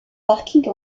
parkings